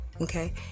Okay